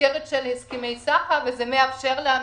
במסגרת של הסכמי סחר וזה מאפשר להן